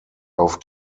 auf